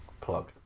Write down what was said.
plug